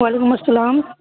وعلیکم السلام